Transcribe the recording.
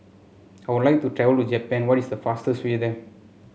I would like to travel to Japan what is the fastest way there